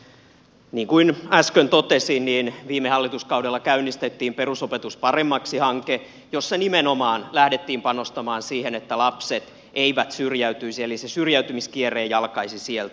niin kuin äsken totesin niin viime hallituskaudella käynnistettiin perusopetus paremmaksi hanke jossa nimenomaan lähdettiin panostamaan siihen että lapset eivät syrjäytyisi eli se syrjäytymiskierre ei alkaisi sieltä